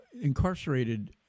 incarcerated